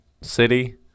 city